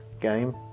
game